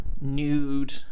nude